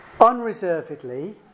unreservedly